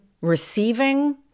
receiving